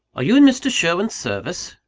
are you in mr. sherwin's service?